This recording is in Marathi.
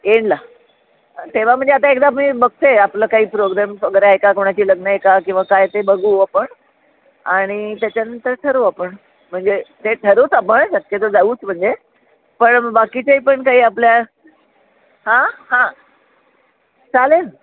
एंडला तेव्हा म्हणजे आता एकदा मी बघते आपलं काही प्रोग्रॅम्स वगैरे आहे का कोणाची लग्न आहे का किंवा काय ते बघू आपण आणि त्याच्यानंतर ठरवू आपण म्हणजे ते ठरवूच आपण शक्यतो जाऊच म्हणजे पण बाकीचे पण काही आपल्या हां हां चालेल